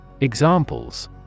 Examples